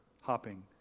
hopping